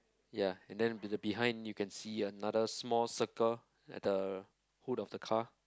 ya and then the behind you can see another small circle at the hood of the car